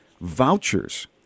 vouchers